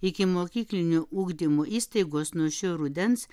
ikimokyklinio ugdymų įstaigos nuo šio rudens